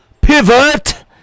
Pivot